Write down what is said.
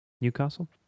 Newcastle